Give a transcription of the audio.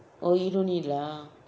oh he don't eat lah